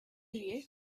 you